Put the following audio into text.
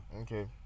Okay